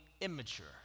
immature